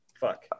fuck